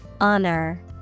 Honor